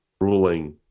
ruling